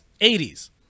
80s